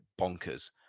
Bonkers